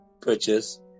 purchase